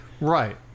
Right